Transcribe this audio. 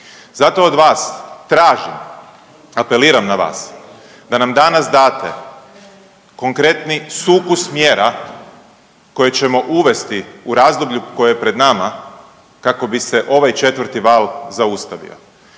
Zato od vas tražim, apeliram na vas da nam danas date konkretni sukus mjera koje ćemo uvesti u razdoblju koje je pred nama kako bi se ovaj 4 val zaustavio.